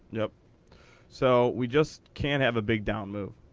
yeah so we just can't have a big down move.